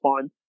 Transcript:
fine